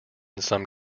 some